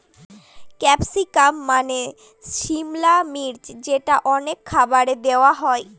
capsicum মানে সিমলা মির্চ যেটা অনেক খাবারে দেওয়া হয়